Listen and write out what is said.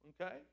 Okay